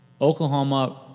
Oklahoma